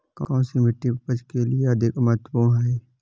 कौन सी मिट्टी उपज के लिए अधिक महत्वपूर्ण है?